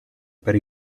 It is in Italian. per